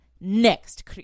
next